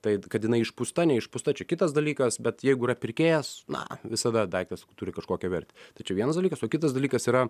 tai kad jinai išpūsta neišpūsta čia kitas dalykas bet jeigu yra pirkėjas na visada daiktas turi kažkokią vertę tai čia vienas dalykas o kitas dalykas yra